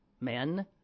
men